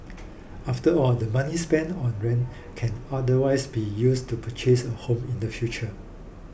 after all the money spent on rent can otherwise be used to purchase a home in the future